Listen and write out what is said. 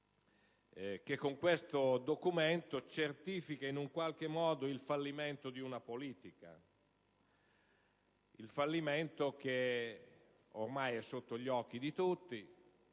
che con questo documento certifica in qualche modo il fallimento di una politica: un fallimento ormai sotto gli occhi di tutti.